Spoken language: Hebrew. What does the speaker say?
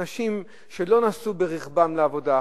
אנשים שלא נסעו ברכבם לעבודה,